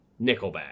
Nickelback